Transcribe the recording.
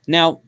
Now